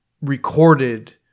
recorded